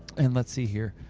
and let's see here.